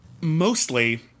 mostly